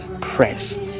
press